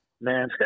man